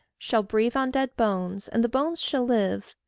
shall breathe on dead bones, and the bones shall live,